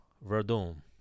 Verdun